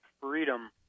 freedom